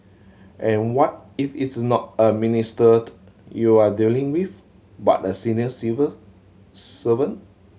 and what if it's not a minister you're dealing with but a senior civil servant